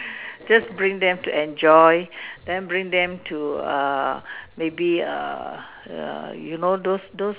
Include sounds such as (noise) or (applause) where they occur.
(breath) just bring them to enjoy then bring them to err maybe err err you know those those